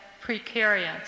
precarious